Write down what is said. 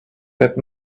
that